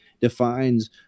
defines